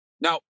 Now